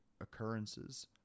occurrences